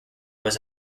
was